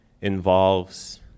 involves